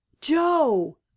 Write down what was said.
joe